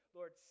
Lord